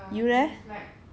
five free not bad